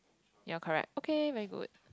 you're correct okay very good